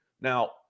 Now